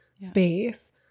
space